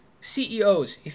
CEOs